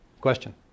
Question